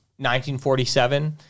1947